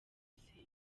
gusenga